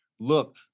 Look